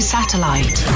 satellite